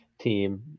team